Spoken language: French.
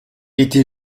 était